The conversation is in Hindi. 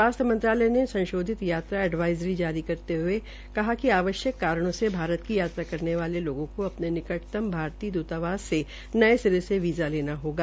स्वास्थ्य मंत्रालय ने संशोधित यात्रा एडवाईज़री जारी करते हये कि आवश्यक कारणों से भारत की यात्रा करने वाले लोगों को अपने निकटतम भारतीय द्रतावास से नये सिरे से वीज़ा लेना होगा